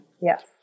Yes